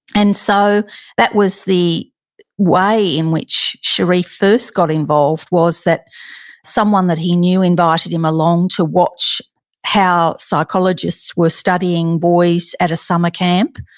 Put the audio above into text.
and so that was the way in which sherif first got involved was that someone that he knew invited him along to watch how psychologists were studying boys at a summer camp.